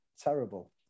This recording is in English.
Terrible